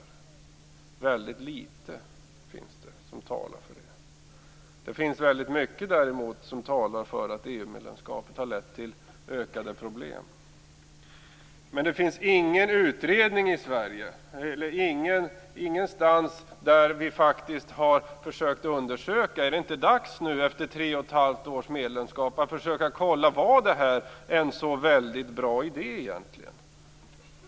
Det finns väldigt litet som talar för det. Däremot finns det väldigt mycket som talar för att EU-medlemskapet har lett till ökade problem. Det finns dock ingen utredning eller undersökning i Sverige där vi har försökt kolla om det här egentligen var en så väldigt bra idé. Är det inte dags för det efter tre och ett halvt års medlemskap?